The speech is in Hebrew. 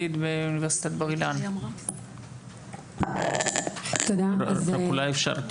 האוניברסיטה העברית בהר הצופים ערן בר עוז ראש מערך דוברות וקשרי